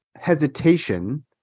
hesitation